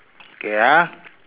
okay ah